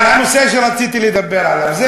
זה,